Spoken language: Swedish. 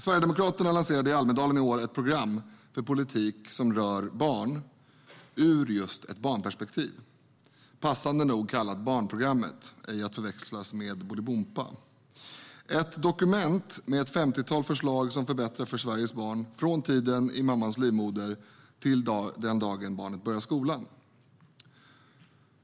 Sverigedemokraterna lanserade i Almedalen i år ett program för politik som rör barn ur just ett barnperspektiv, passande nog kallat Barnprogrammet, ej att förväxla med Bolibompa. Det är ett dokument med ett 50-tal förslag som förbättrar för Sveriges barn från tiden i mammans livmoder till den dagen barnet börjar skolan.